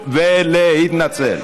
על מה אתה מוציא אותי?